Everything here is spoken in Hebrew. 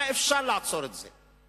היה אפשר לעצור את זה.